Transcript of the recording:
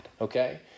okay